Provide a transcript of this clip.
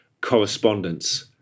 correspondence